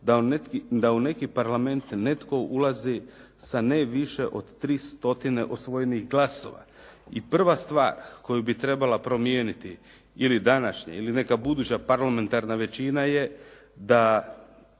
da u neki Parlament netko ulazi sa ne više od 300 osvojenih glasova. I prva stvar koju bi trebala promijeniti ili današnja ili neka buduća parlamentarna većina je da